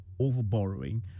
overborrowing